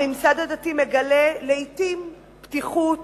הממסד הדתי מגלה לעתים פתיחות